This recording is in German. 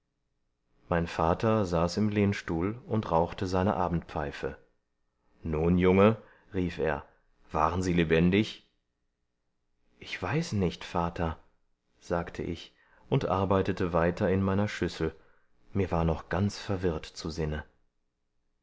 mein vater saß im lehnstuhl und rauchte seine abendpfeife nun junge rief er waren sie lebendig ich weiß nicht vater sagte ich und arbeitete weiter in meiner schüssel mir war noch ganz verwirrt zu sinne